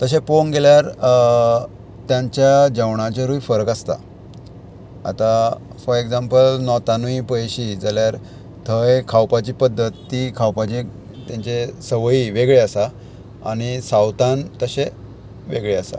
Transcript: तशें पळोवंक गेल्यार तांच्या जेवणाचेरूय फरक आसता आतां फॉर एग्जाम्पल नॉर्थानूय पयशी जाल्यार थंय खावपाची पद्दत ती खावपाची तेंचे संवय वेगळी आसा आनी सावथान तशे वेगळी आसा